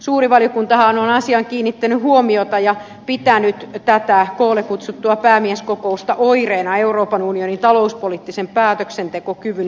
suuri valiokuntahan on asiaan kiinnittänyt huomiota ja pitänyt tätä koolle kutsuttua päämieskokousta oireena euroopan unionin talouspoliittisen päätöksentekokyvyn heikentymisestä